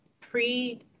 pre